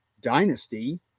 Dynasty